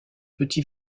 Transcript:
petit